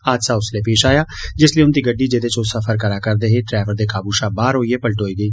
हादसा उस्सलै पेश आया जिस्सलै उन्दी गड्डी जेदे च ओह् सफर करा करदे हे ड्रैवर दे काबू शा बाहर होइयै पलटोई गेई